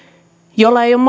jolla ei ole